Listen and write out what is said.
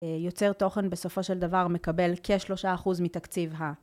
יוצר תוכן בסופו של דבר מקבל כ-3% מתקציב ה...